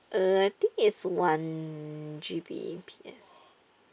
uh I think it's one G_B P_S